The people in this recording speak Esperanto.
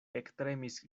ektremis